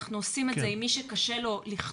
אנחנו עושים את זה עם מי שקשה לו לכתוב,